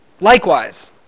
Likewise